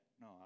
no